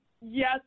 Yes